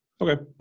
Okay